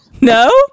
no